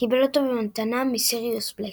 קיבל אותו במתנה מסיריוס בלק.